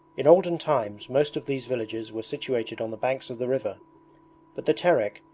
in olden times most of these villages were situated on the banks of the river but the terek,